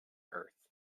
earth